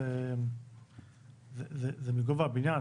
זה מגובה הבנין,